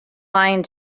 lying